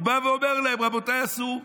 הוא בא ואומר להם: רבותיי, אסור.